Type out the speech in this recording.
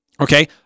Okay